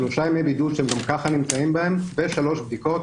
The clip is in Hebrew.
שלושה ימי בידוד שהם גם ככה נמצאים בהם ושלוש בדיקות?